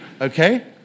Okay